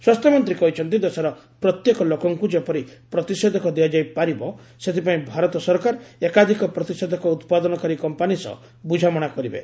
ସ୍ୱାସ୍ଥ୍ୟମନ୍ତ୍ରୀ କହିଛନ୍ତିଦେଶର ପ୍ରତ୍ୟେକ ଲୋକଙ୍କୁ ଯେପରି ପ୍ରତିଷେଧକ ଦିଆଯାଇ ପାରିବ ସେଥିପାଇଁ ଭାରତ ସରକାର ଏକାଧିକ ପ୍ରତିଷେଧକ ଉତ୍ପାଦନକାରୀ କମ୍ପାନି ସହ ବୁଝାମଣା କରିବେ